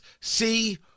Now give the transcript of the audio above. see